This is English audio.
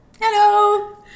Hello